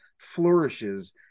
flourishes